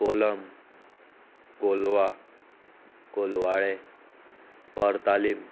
kolam Colva Colvale Cortalim